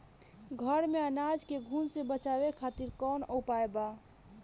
घर में अनाज के घुन से बचावे खातिर कवन उपाय बा?